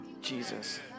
Jesus